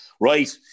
right